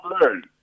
learn